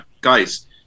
guys